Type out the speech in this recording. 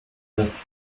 with